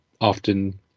often